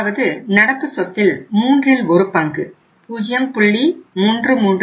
அதாவது நடப்பு சொத்தில் மூன்றில் ஒரு பங்கு 0